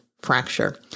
Fracture